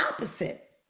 opposite